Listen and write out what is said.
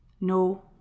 No